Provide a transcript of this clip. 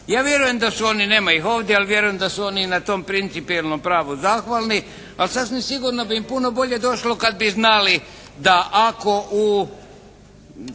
Ja vjerujem da su oni, nema ih ovdje, ali vjerujem da su oni i na tom principijelnom pravu zahvalni, a sasvim sigurno bi im puno bolje došlo kad bi znali da ako u